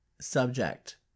subject